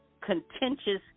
contentious